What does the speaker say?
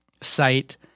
site